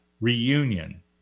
reunion